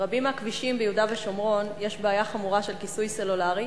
ברבים מהכבישים ביהודה ושומרון יש בעיה חמורה של כיסוי סלולרי,